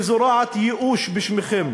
וזורעת ייאוש בשמכם.